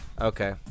okay